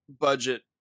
budget